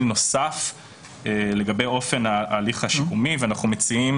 נוסף לגבי אופן ההליך השיקומי ואנחנו מציעים